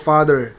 Father